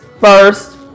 first